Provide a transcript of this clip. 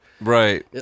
Right